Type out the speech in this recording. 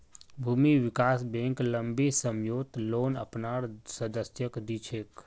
भूमि विकास बैंक लम्बी सम्ययोत लोन अपनार सदस्यक दी छेक